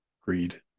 greed